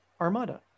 Armada